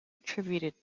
attributed